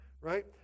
right